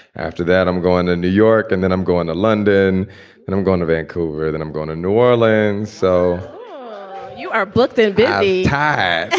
after that, i'm going to new york and then i'm going to london and i'm going to vancouver. then i'm going to new orleans so you are booked and yeah a tie.